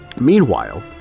Meanwhile